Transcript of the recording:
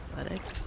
Athletics